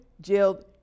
jailed